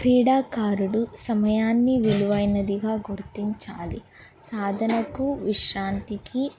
క్రీడాకారుడు సమయాన్ని విలువైనదిగా గుర్తించాలి సాధనకు విశ్రాంతికి